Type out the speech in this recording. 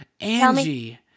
Angie